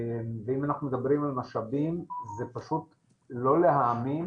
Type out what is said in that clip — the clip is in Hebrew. אם אנחנו מדברים על משאבים, זה פשוט לא להאמין